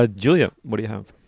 ah julia, what do you have?